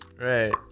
Right